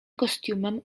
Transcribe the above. kostiumem